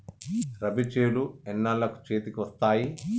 రబీ చేలు ఎన్నాళ్ళకు చేతికి వస్తాయి?